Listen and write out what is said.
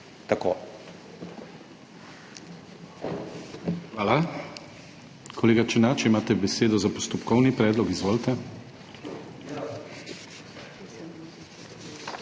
Hvala. Kolega Černač, imate besedo za postopkovni predlog, izvolite.